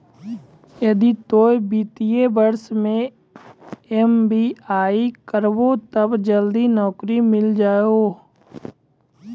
यदि तोय वित्तीय विषय मे एम.बी.ए करभो तब जल्दी नैकरी मिल जाहो